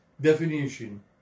definition